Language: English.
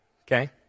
okay